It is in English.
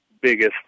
biggest